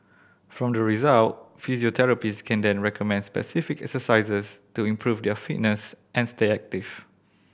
from the result physiotherapists can then recommend specific exercises to improve their fitness and stay active